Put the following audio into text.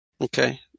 Okay